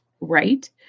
Right